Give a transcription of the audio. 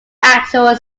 actual